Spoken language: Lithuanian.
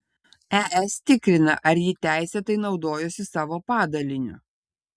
es tikrina ar ji teisėtai naudojosi savo padaliniu